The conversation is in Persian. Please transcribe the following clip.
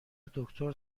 دکتر